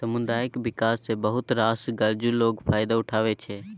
सामुदायिक बिकास बैंक सँ बहुत रास गरजु लोक फायदा उठबै छै